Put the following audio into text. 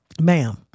ma'am